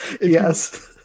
yes